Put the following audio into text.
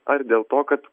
ar dėl to kad